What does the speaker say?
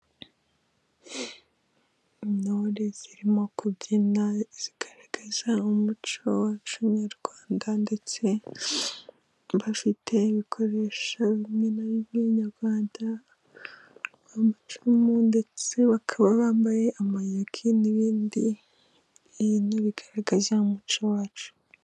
Intore zirimo kubyina， zigaragaza umuco wacu nyarwanda， ndetse bafite ibikoresho bimwe na bimwe nyarwanda， amacumu，ndetse bakaba bambaye amayugi，n'ibindi bintu，bigaragaza umuco wacu.